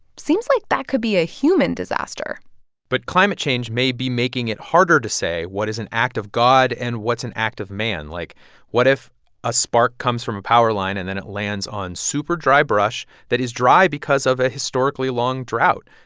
seems like that could be a human disaster but climate change may be making it harder to say what is an act of god and what's an act of man. like what if a spark comes from a power line, and then it lands on super dry brush that is dry because of a historically long drought?